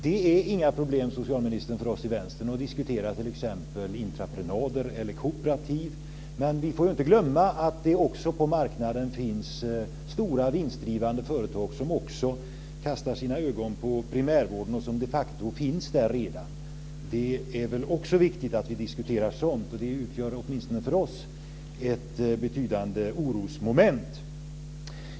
Det är inga problem för oss i Vänstern att diskutera t.ex. intraprenader eller kooperativ. Men vi får inte glömma att det på marknaden också finns stora vinstdrivande företag som kastar sina ögon på primärvården och som de facto finns där redan. Det är också viktigt att vi diskuterar sådant. Det utgör åtminstone för oss ett betydande orosmoment.